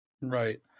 Right